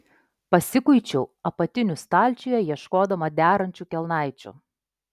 pasikuičiau apatinių stalčiuje ieškodama derančių kelnaičių